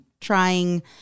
trying